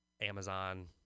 Amazon